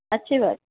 اچھی بات